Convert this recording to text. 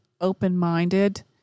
open-minded